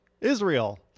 Israel